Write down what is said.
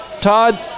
Todd